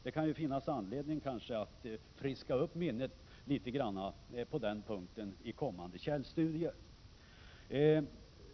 Det kan finnas anledning att friska upp minnet litet på den punkten i kommande källstudier.